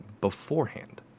beforehand